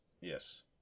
Yes